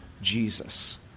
Jesus